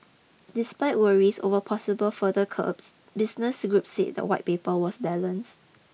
despite worries over possible further curbs business groups said the white paper was balanced